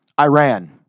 Iran